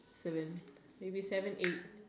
seven maybe seven eight